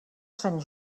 sant